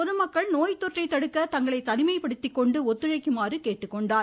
பொதுமக்கள் நோய் தொற்றை தடுக்க தங்களை தனிமைப்படுத்திக்கொண்டு ஒத்துழைக்குமாறு அவர் கேட்டுக்கொண்டார்